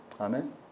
Amen